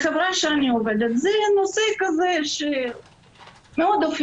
בחברה שאני עובדת זה מאוד אופייני.